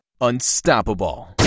unstoppable